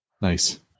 Nice